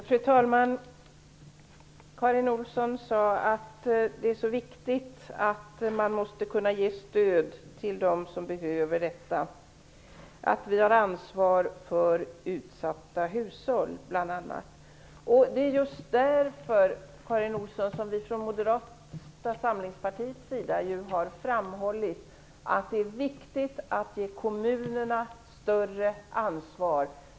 Fru talman! Karin Olsson sade att det är viktigt att man kan ge stöd till dem som behöver detta, att vi har ansvar för bl.a. utsatta hushåll. Det är just därför, Karin Olsson, som vi från Moderata samlingspartiet har framhållit att det är viktigt att ge kommunerna större ansvar.